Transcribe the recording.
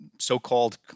so-called